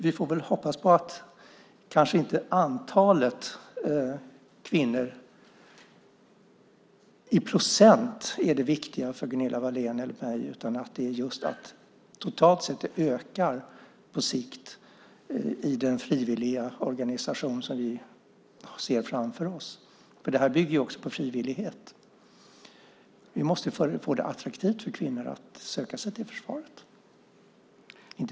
Vi får väl hoppas på att kanske inte antalet kvinnor i procent är det viktiga för Gunilla Wahlén eller mig utan att det är just att de totalt sett ökar i den frivilliga organisation som vi ser framför oss. Detta bygger också på frivillighet. Försvarsmakten måste göra det attraktivt för kvinnor att söka sig till försvaret.